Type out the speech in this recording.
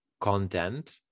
content